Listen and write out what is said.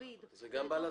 הקודם